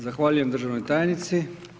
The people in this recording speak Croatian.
Zahvaljujem državnoj tajnici.